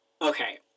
Okay